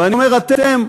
ואני אומר "אתם"